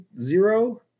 Zero